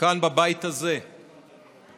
כאן בבית הזה נתעשת,